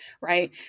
right